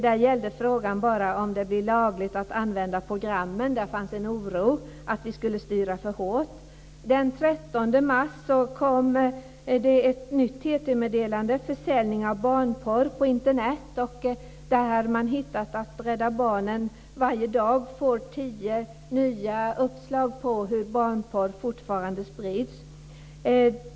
Där gällde frågan om det blir lagligt att använda programmen. Det fanns en oro att vi skulle styra för hårt. Den 13 mars kom ett nytt TT-meddelande som gällde försäljning av barnporr på Internet. Där sades att Rädda Barnen varje dag får tio nya uppslag på hur barnporr fortfarande sprids.